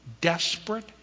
desperate